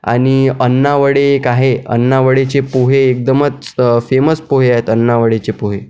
आणि अण्णा वडे एक आहे अण्णा वडेचे पोहे एकदमच फेमस पोहे आहेत अण्णा वडेचे पोहे